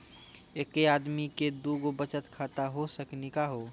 एके आदमी के दू गो बचत खाता हो सकनी का हो?